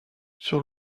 sur